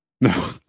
No